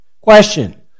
Question